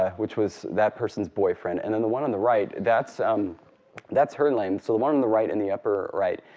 which was that person's boyfriend. and then the one on the right, that's um that's her name. so the one on the right in the upper right,